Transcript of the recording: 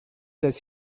does